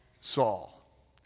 Saul